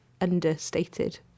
understated